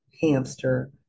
hamster